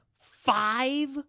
five